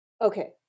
Okay